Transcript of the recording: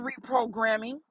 reprogramming